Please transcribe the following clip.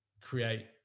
create